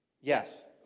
Yes